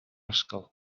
ysgol